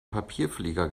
papierflieger